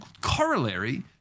corollary